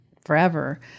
forever